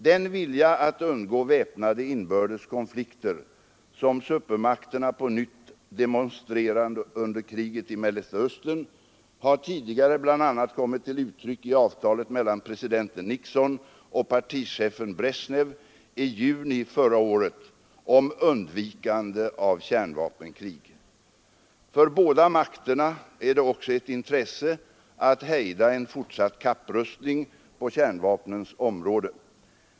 Den vilja att undgå väpnade inbördes konflikter, som supermakterna på nytt demonstrerade under kriget i Mellersta Östern, har tidigare bl.a. kommit till uttryck i avtalet mellan president Nixon och partichefen Brezjnev i juni 1973 om undvikande av kärnvapenkrig. För båda makterna är det också ett intresse att hejda en fortsatt kapprustning på kärnvapnens område.